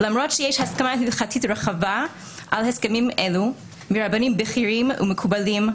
למרות שיש הסכמה הלכתית רחבה על הסכמים אלה מרבנים בכירים ומקובלים,